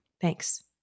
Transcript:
Thanks